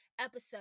episode